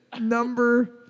number